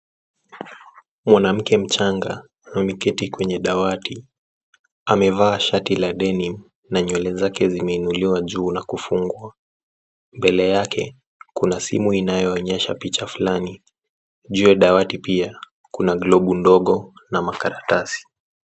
Mwanamke mchanga ameketi kwenye dawati. Amevaa shati la cs[denim]cs na nywele zake zimeinuliwa juu na kufungwa. Mbele yake kuna simu inayoonyesha picha fulani. Juu ya dawati pia, kuna globu ndogo na makaratasi.